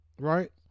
right